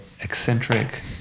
eccentric